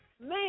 man